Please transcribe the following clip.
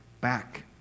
back